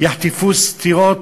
יחטפו סטירות